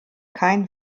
kein